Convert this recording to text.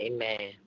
Amen